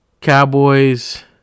Cowboys